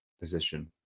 position